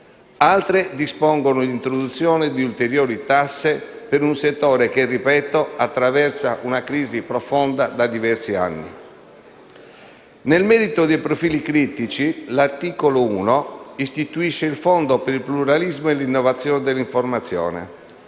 altre dispongono l'introduzione di ulteriori tasse per un settore che - ripeto - attraversa una profonda crisi da diversi anni. Nel merito dei profili critici, l'articolo 1 istituisce il Fondo per il pluralismo e l'innovazione dell'informazione